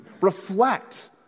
Reflect